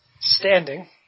Standing